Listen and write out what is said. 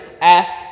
Ask